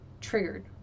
triggered